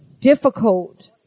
difficult